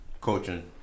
coaching